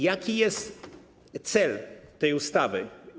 Jaki jest cel tej ustawy?